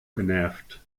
genervt